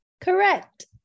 Correct